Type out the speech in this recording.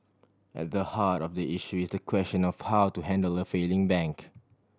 at the heart of the issue is the question of how to handle a failing bank